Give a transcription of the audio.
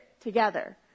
together